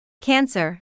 cancer